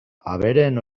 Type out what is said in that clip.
abereen